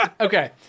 Okay